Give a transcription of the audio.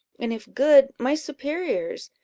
and if good, my superiors.